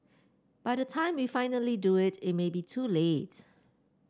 by the time we finally do it it may be too late